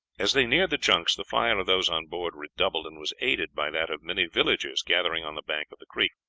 as they neared the junks the fire of those on board redoubled, and was aided by that of many villagers gathered on the bank of the creek.